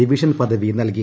division പദവി നൽകി